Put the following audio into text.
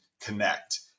connect